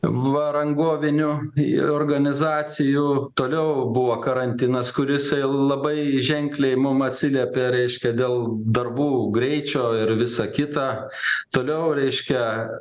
va rangovinių ir organizacijų toliau buvo karantinas kur jisai labai ženkliai mum atsiliepė reiškia dėl darbų greičio ir visa kita toliau reiškia